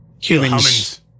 humans